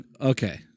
Okay